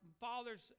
fathers